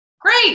great